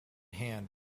hand